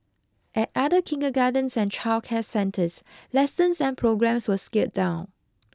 at other kindergartens and childcare centres lessons and programmes were scaled down